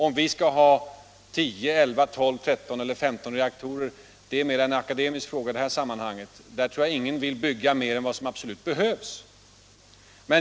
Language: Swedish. Om vi skall ha tio, elva, tolv, tretton eller femton reaktorer är mera en akademisk fråga i det här sammanhanget. Jag tror ingen vill bygga fler än vad som absolut behövs.